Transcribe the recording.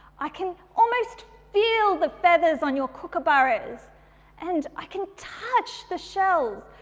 i can almost feel the feathers on your kookaburras and i can touch the shells,